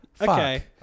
Okay